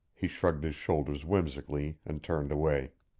he shrugged his shoulders whimsically and turned away.